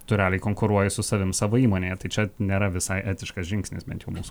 tu realiai konkuruoji su savim savo įmonėje tai čia nėra visai etiškas žingsnis bent jau mūsų